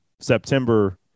September